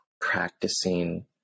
practicing